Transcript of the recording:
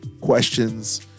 questions